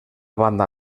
banda